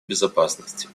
безопасности